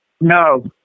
No